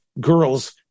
girls